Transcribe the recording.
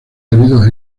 heridos